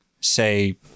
say